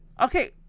Okay